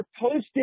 posted